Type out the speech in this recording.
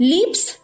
Leaps